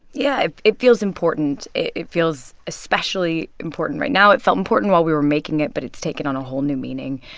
yeah, it it feels important. it feels especially important right now. it felt important while we were making it, but it's taken on a whole new meaning.